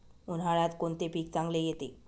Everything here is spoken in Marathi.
उन्हाळ्यात कोणते पीक चांगले येते?